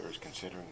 considering